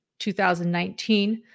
2019